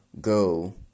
go